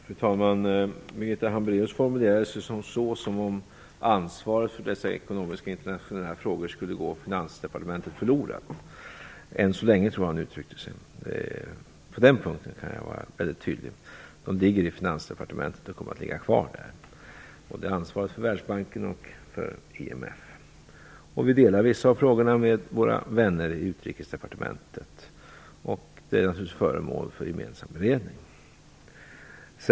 Fru talman! Birgitta Hambraeus formulerade det som om Finansdepartementet skulle gå förlustigt ansvaret för dessa internationella ekonomiska frågor; jag tror att hon sade att vi har det "än så länge". På den punkten kan jag vara väldigt tydlig: Ansvaret för Sveriges agerande både i Världsbanken och i IMF ligger hos Finansdepartementet och kommer att ligga kvar där. Vi delar dock ansvaret för vissa av frågorna med våra vänner i Utrikesdepartementet. De är naturligtvis föremål för gemensam beredning.